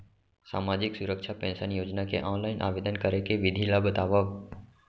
सामाजिक सुरक्षा पेंशन योजना के ऑनलाइन आवेदन करे के विधि ला बतावव